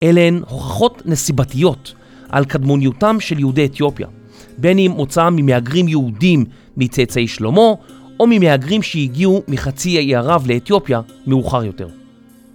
אלה הן הוכחות נסיבתיות על קדמוניותם של יהודי אתיופיה, בין אם מוצאם ממהגרים יהודיים מצאצאי שלמה, או ממהגרים שהגיעו מחצי האי ערב לאתיופיה מאוחר יותר.